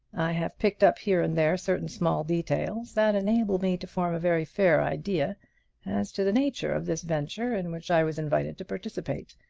i have picked up here and there certain small details that enable me to form a very fair idea as to the nature of this venture in which i was invited to participate.